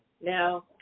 Now